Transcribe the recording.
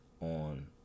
on